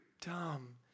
dumb